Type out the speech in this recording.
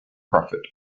profit